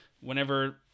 whenever –